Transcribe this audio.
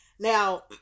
Now